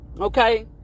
okay